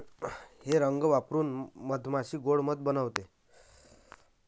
हे रंग वापरून मधमाशी गोड़ मध बनवते